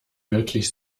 wirklich